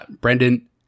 Brendan